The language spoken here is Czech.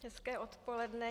Hezké odpoledne.